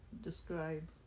Describe